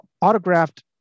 autographed